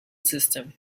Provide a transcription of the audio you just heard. system